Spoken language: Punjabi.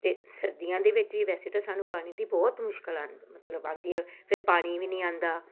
ਅਤੇ ਸਰਦੀਆਂ ਦੇ ਵਿੱਚ ਵੀ ਵੈਸੇ ਤਾਂ ਸਾਨੂੰ ਪਾਣੀ ਦੀ ਬਹੁਤ ਮੁਸ਼ਕਿਲ ਆਉਂਦੀ ਮਤਲਬ ਆਉਂਦੀ ਫਿਰ ਪਾਣੀ ਵੀ ਨਹੀਂ ਆਉਂਦਾ